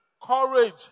courage